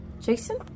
Jason